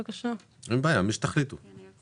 ובאישור